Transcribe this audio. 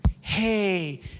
hey